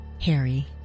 Harry